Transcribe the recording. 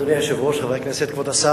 אדוני היושב-ראש, חברי הכנסת, כבוד השרים,